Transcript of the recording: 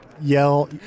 yell